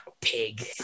pig